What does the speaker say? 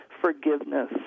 forgiveness